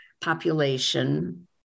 population